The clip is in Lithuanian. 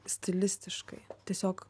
stilistiškai tiesiog